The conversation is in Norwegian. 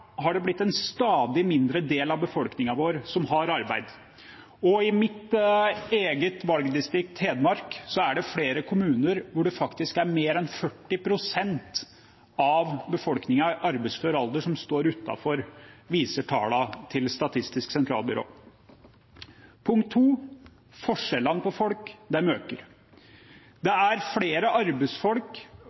har det blitt en stadig mindre del av befolkningen vår som har arbeid. Og i mitt eget valgdistrikt Hedmark er det flere kommuner hvor det faktisk er mer enn 40 pst. av befolkningen i arbeidsfør alder som står utenfor, viser tallene til Statistisk sentralbyrå. Forskjellene mellom folk øker. Det er flere arbeidsfolk,